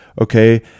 okay